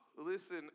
listen